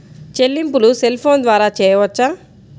చెల్లింపులు cell phone ద్వారా చేయవచ్చా?